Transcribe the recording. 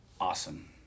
Awesome